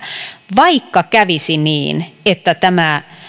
vaikka kävisi niin että tämä